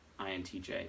INTJ